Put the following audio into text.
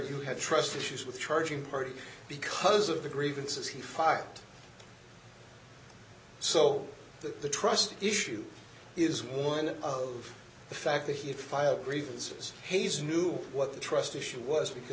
you had trust issues with charging perjury because of the grievances he fact so the trust issue is one of the fact that he fired grievances hayes knew what the trust issue was because